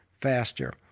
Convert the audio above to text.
faster